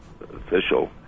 official